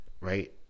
Right